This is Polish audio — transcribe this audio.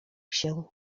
się